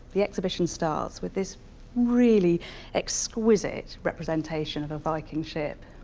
the exhibition starts with this really exquisite representation of a viking ship.